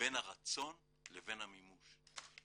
בין הרצון לבין המימוש.